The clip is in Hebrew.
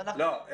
לא.